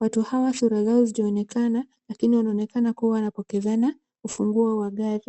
watu hawa sura zao watu hawa hazijaonekana lakini inaonekana kuwa wanapokezana ufunguo wa gari